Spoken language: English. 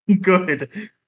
Good